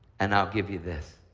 and i'll give you this.